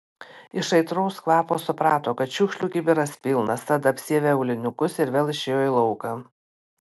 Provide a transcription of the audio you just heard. iš aitraus kvapo suprato kad šiukšlių kibiras pilnas tad apsiavė aulinukus ir vėl išėjo į lauką